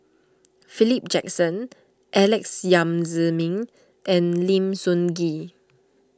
Philip Jackson Alex Yam Ziming and Lim Sun Gee